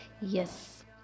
Yes